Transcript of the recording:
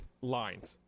lines